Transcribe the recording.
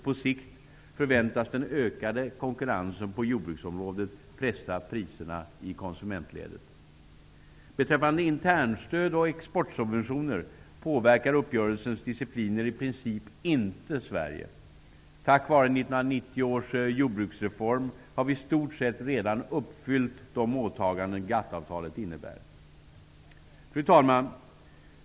På sikt förväntas den ökade konkurrensen på jordbruksområdet pressa priserna i konsumentledet. Beträffande internstöd och exportsubventioner påverkar uppgörelsens discipliner i princip inte Sverige. Tack vare 1990 års jordbruksreform har vi i stort sett redan uppfyllt de åtaganden som Fru talman!